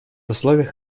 условиях